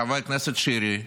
חבר כנסת שירי,